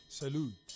salute